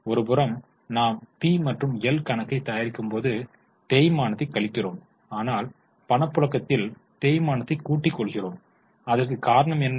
ஒருபுறம் நாம் பி மற்றும் எல் கணக்கைத் தயாரிக்கும்போது தேய்மானத்தைக் கழிக்கிறோம் ஆனால் பணப்புழக்கத்தில் தேய்மானத்தை கூட்டி கொள்கிறோம் அதற்கு காரணம் என்ன